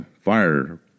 fire